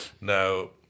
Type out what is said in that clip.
Now